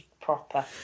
proper